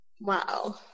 Wow